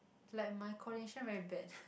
like my coordination very bad